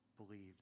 believed